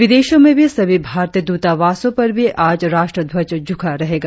विदेशों में सभी भारतीय द्रतावासों पर भी आज राष्ट्र ध्वज झुका रहेगा